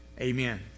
Amen